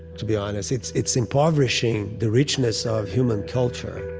to be honest. it's it's impoverishing the richness of human culture